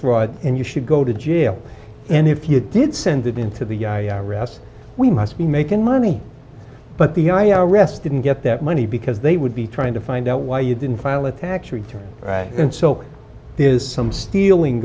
fraud and you should go to jail and if you did send it into the i r s we must be making money but the i r s didn't get that money because they would be trying to find out why you didn't file a tax return and so there is some stealing